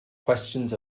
questions